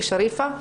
לשריפה,